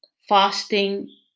fasting